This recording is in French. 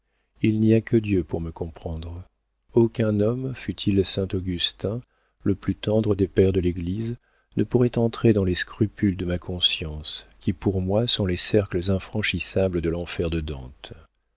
il n'y a que dieu pour me comprendre aucun homme fût-il saint augustin le plus tendre des pères de l'église ne pourrait entrer dans les scrupules de ma conscience qui pour moi sont les cercles infranchissables de l'enfer de dante